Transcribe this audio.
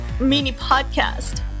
mini-podcast